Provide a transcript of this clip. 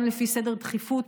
גם לפי סדר דחיפות,